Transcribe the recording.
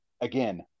again